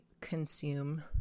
consume